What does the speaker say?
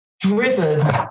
driven